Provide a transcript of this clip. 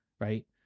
right